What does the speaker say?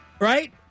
Right